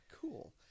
cool